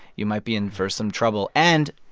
you might be in for some trouble. and,